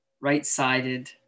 right-sided